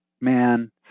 man